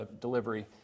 delivery